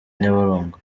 nyabarongo